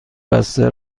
بسته